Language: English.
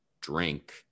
drink